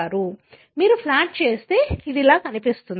మీరు ప్లాట్ చేస్తే ఇది ఇలా కనిపిస్తుంది